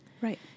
Right